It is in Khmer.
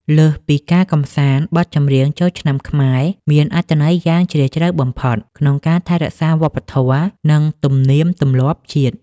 លើសពីការកម្សាន្ត បទចម្រៀងចូលឆ្នាំខ្មែរមានអត្ថន័យយ៉ាងជ្រាលជ្រៅបំផុតក្នុងការថែរក្សាវប្បធម៌ និងទំនៀមទម្លាប់ជាតិ។